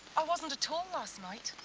i wasn't at all last night.